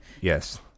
yes